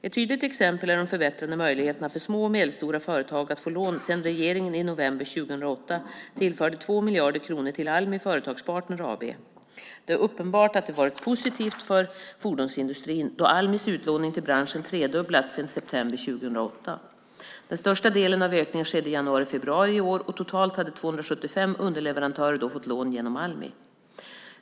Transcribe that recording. Ett tydligt exempel är de förbättrade möjligheterna för små och medelstora företag att få lån sedan regeringen i november 2008 tillförde 2 miljarder kronor till Almi Företagspartner AB. Det är uppenbart att det har varit positivt för fordonsindustrin, då Almis utlåning till branschen har tredubblats sedan september 2008. Den största delen av ökningen skedde i januari och februari i år, och totalt hade 275 underleverantörer då fått lån genom Almi.